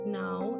now